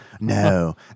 No